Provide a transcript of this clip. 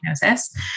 diagnosis